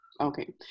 Okay